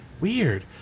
Weird